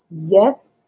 Yes